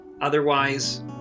Otherwise